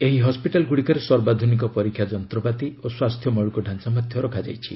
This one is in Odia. ଏହି ହସ୍ୱିଟାଲଗୁଡ଼ିକରେ ସର୍ବାଧୁନିକ ପରୀକ୍ଷା ଯନ୍ତ୍ରପାତି ଓ ସ୍ୱାସ୍ଥ୍ୟ ମୌଳିକ ଢାଞ୍ଚା ମଧ୍ୟ ରଖାଯାଉଛି